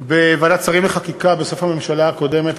בוועדת השרים לחקיקה בסוף ימי הממשלה הקודמת,